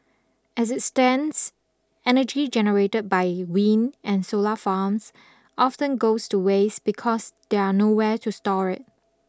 as it stands energy generated by wind and solar farms often goes to waste because there are nowhere to store it